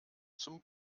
zum